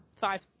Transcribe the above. five